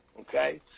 Okay